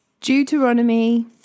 Deuteronomy